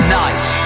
night